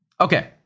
Okay